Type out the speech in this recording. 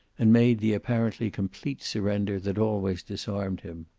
and made the apparently complete surrender that always disarmed him.